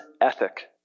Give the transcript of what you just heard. Ethic